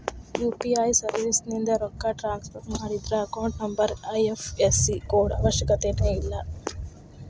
UPI ಸರ್ವಿಸ್ಯಿಂದ ರೊಕ್ಕ transfer ಮಾಡಿದ್ರ ಅಕೌಂಟ್ ನಂಬರ್ ಐ.ಎಫ್.ಎಸ್.ಸಿ ಕೋಡ್ ಅವಶ್ಯಕತೆನ ಇಲ್ಲ